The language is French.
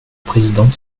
président